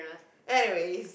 anyways